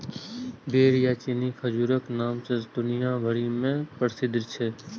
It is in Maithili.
बेर या चीनी खजूरक नाम सं दुनिया भरि मे प्रसिद्ध छै